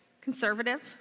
conservative